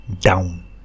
down